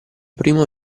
primo